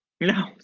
No